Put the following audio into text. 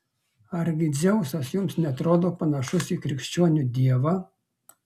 argi dzeusas jums neatrodo panašus į krikščionių dievą